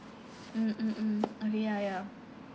mm mm mm oh ya ya